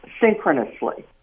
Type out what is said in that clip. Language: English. synchronously